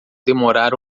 demorar